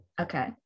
Okay